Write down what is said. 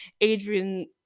Adrian